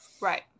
Right